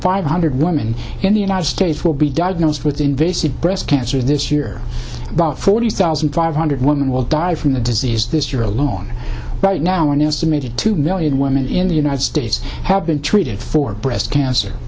five hundred women in the united states will be diagnosed with invasive breast cancer this year forty thousand five hundred women will die from the disease this year alone right now an estimated two million women in the united states have been treated for breast cancer